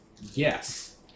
Yes